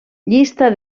llista